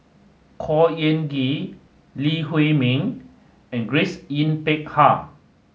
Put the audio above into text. Khor Ean Ghee Lee Huei Min and Grace Yin Peck Ha